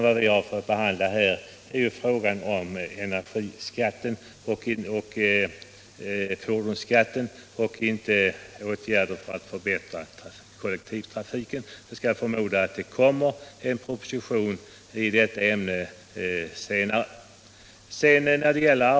Vad vi har att behandla är frågan om energiskatten och fordonsskatten, inte åtgärder för att förbättra kollektivtrafiken. Jag förmodar att det senare kommer en proposition i detta ämne.